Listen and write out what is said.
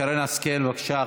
שרן השכל, בבקשה.